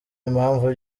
impamvu